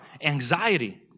anxiety